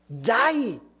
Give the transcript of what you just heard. die